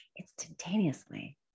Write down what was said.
instantaneously